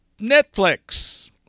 Netflix